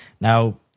Now